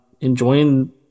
enjoying